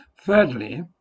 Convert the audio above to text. Thirdly